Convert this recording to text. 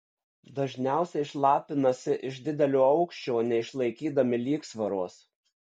dažniausiai šlapinasi iš didelio aukščio neišlaikydami lygsvaros